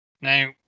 Now